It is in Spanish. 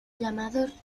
llamados